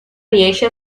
riesce